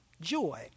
joy